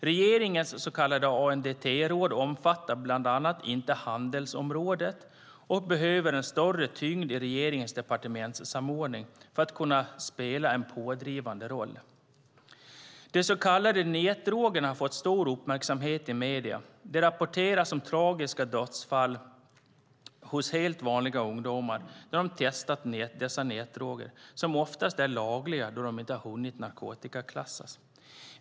Regeringens så kallade ANDT-råd omfattar till exempel inte handelsområdet och behöver större tyngd i regeringens departementssamordning för att kunna spela en pådrivande roll. De så kallade nätdrogerna har fått stor uppmärksamhet i medierna. Det rapporteras om tragiska dödsfall hos helt vanliga ungdomar när de testar dessa nätdroger, som ofta är lagliga då de ännu inte hunnit narkotikaklassats.